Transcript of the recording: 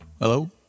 Hello